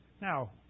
Now